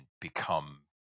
become